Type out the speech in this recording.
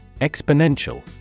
Exponential